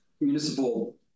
municipal